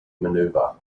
maneuver